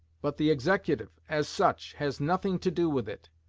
but the executive, as such, has nothing to do with it.